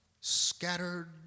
scattered